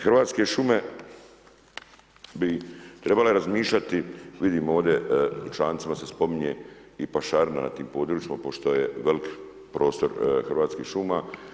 Hrvatske šume bi trebale razmišljati vidim ovdje u člancima se spominje i pašarina na tim područjima, pošto je velik prostor Hrvatskih šuma.